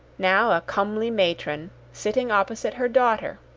now a comely matron, sitting opposite her daughter.